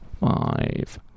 five